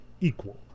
equal